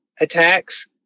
attacks